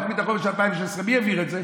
בתוכנית החומש 2016. מי העביר את זה?